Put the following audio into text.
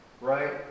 right